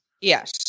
Yes